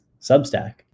Substack